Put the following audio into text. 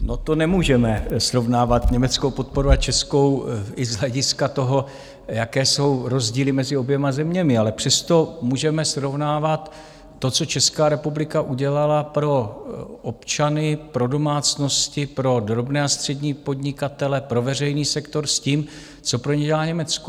No, to nemůžeme srovnávat německou podporu a českou i z hlediska toho, jaké jsou rozdíly mezi oběma zeměmi, ale přesto můžeme srovnávat to, co Česká republika udělala pro občany, pro domácnosti, pro drobné a střední podnikatele, pro veřejný sektor, s tím, co pro ně dělá Německo.